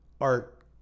art